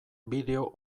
bideo